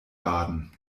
baden